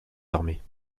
armées